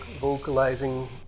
vocalizing